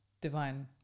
divine